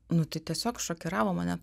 nu tai tiesiog šokiravo mane